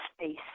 space